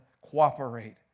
cooperate